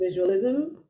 visualism